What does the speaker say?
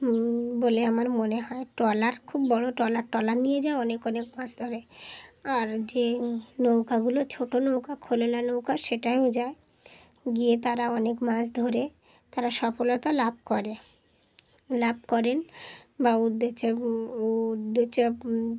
বলে আমার মনে হয় ট্রলার খুব বড়ো ট্রলার ট্রলার নিয়ে যায় অনেক অনেক মাছ ধরে আর যে নৌকাগুলো ছোটো নৌকা খোল ওয়ালা নৌকা সেটাও যায় গিয়ে তারা অনেক মাছ ধরে তারা সফলতা লাভ করে লাভ করেন বা উদ্দ্যেশ্যে